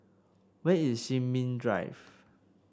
where is Sin Ming Drive